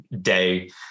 day